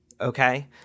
okay